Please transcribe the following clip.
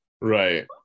right